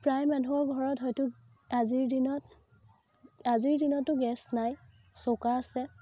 প্ৰায় মানুহৰ ঘৰত হয়তো আজিৰ দিনত আজিৰ দিনতো গেছ নাই চৌকা আছে